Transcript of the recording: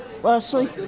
Leslie